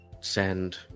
send